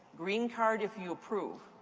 green card if you approve.